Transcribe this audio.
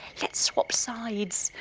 lets swap sides.